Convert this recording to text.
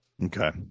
Okay